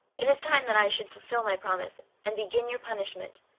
it is time that i should fulfil my promise, and begin your punishment.